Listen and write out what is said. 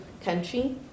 country